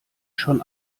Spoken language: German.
schon